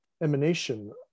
emanation